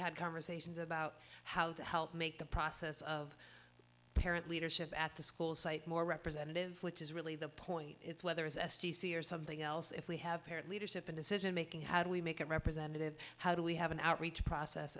had conversations about how to help make the process of parent leadership at the school site more representative which is really the point whether it's s t c or something else if we have parent leadership in decision making how do we make it representative how do we have an outreach process